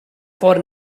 for